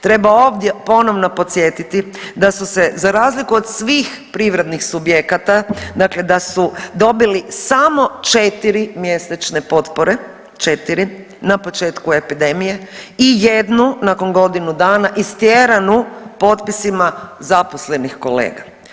Treba ovdje ponovno podsjetiti da su se za razliku od svih privrednih subjekata, dakle da su dobili samo četiri mjesečne potpore, četiri na početku epidemije i jednu nakon godinu dana istjeranu potpisima zaposlenih kolega.